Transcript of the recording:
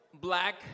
black